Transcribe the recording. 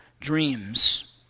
dreams